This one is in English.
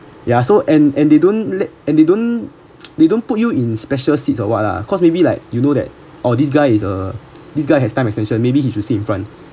yeah so and and they don't and they don't they don't put you in special seats or what lah because maybe like you know that oh this guy is uh this guy has time extension maybe he should sit in front